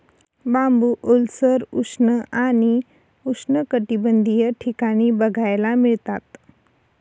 बांबू ओलसर, उष्ण आणि उष्णकटिबंधीय ठिकाणी बघायला मिळतात